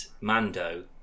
Mando